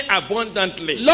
abundantly